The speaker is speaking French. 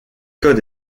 code